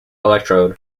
electrode